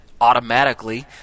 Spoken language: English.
automatically